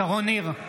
שרון ניר,